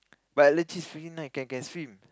but legit freaking nice can can swim